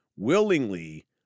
Willingly